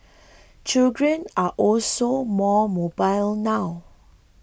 children are also more mobile now